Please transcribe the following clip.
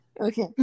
okay